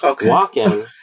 walking